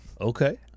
Okay